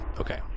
Okay